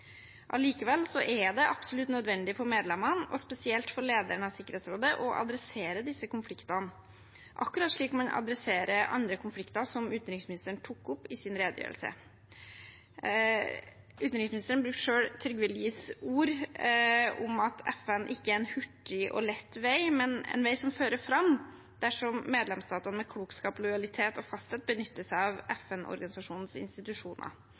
Allikevel er det absolutt nødvendig for medlemmene – og spesielt for lederen av Sikkerhetsrådet – å adressere disse konfliktene, akkurat slik man adresserer andre konflikter som utenriksministeren tok opp i sin redegjørelse. Utenriksministeren brukte selv Trygve Lies ord om at FN ikke er en hurtig og lett vei, men en vei som fører fram dersom medlemsstatene med klokskap, lojalitet og fasthet benytter seg av FN-organisasjonens institusjoner.